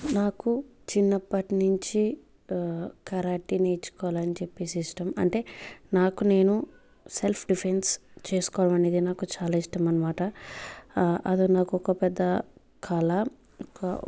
నాకు చిన్నప్పటినుంచి కరాటే నేర్చుకోవాలి అని చెప్పేసి ఇష్టం అంటే నాకు నేను సెల్ఫ్ డిఫెన్స్ చేసుకోవడం అనేది నాకు చాలా ఇష్టం అనమాట అది నాకు ఒక పెద్ద కల ఒక